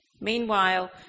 Meanwhile